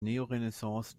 neorenaissance